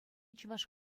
чӑваш